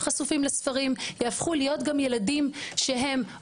ילדים שחשופים לספרים,